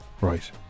right